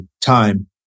time